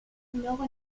luego